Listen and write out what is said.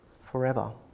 forever